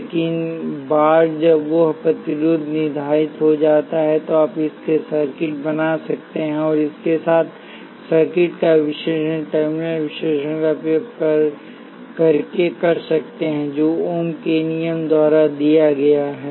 लेकिन एक बार जब वह प्रतिरोध निर्धारित हो जाता है तो आप इसके साथ सर्किट बना सकते हैं और इसके साथ सर्किट का विश्लेषण टर्मिनल विशेषता का उपयोग करके कर सकते हैं जो ओम के नियम द्वारा दिया गया है